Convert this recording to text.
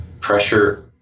pressure